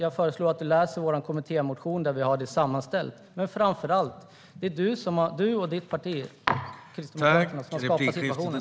Jag föreslår att du läser vår kommittémotion där vi har allt sammanställt, Caroline Szyber. Men, framför allt: Det är du och ditt parti Kristdemokraterna som har skapat situationen.